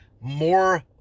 more